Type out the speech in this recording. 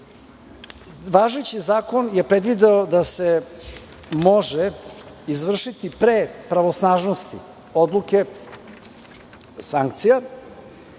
Važeći zakon je predvideo da se može izvršiti pre pravosnažnosti odluke sankcija